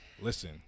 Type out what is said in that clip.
Listen